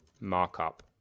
Markup